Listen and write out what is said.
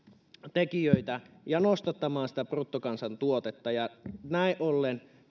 tekijöitä nostattamaan sitä bruttokansantuotetta ja näin ollen